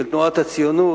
של תנועת הציונות,